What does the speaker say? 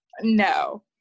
No